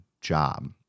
job